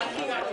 הישיבה ננעלה